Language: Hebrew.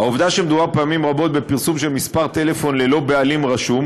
העובדה שמדובר פעמים רבות בפרסום של מספר טלפון ללא בעלים רשום,